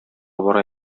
бара